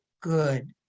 good